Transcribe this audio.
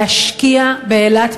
להשקיע באילת,